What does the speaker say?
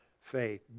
faith